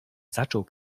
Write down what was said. zaczął